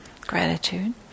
gratitude